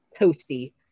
toasty